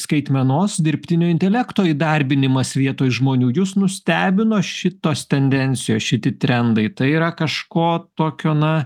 skaitmenos dirbtinio intelekto įdarbinimas vietoj žmonių jus nustebino šitos tendencijos šiti trendai tai yra kažko tokio na